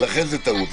ולכן זו טעות.